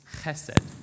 chesed